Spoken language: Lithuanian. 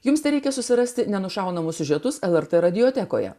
jums tereikia susirasti nenušaunamas siužetus lrt radiotekoje